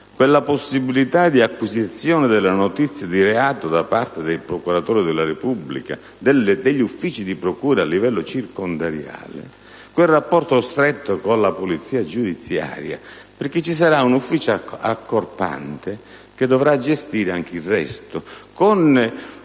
quella possibilità di acquisire notizie di reato da parte del procuratore del Repubblica, degli uffici di procura a livello circondariale, e quel rapporto stretto con la polizia giudiziaria. Vi sarà un ufficio accorpante che dovrà gestire anche il resto